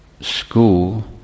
school